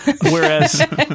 Whereas